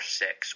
six